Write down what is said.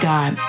God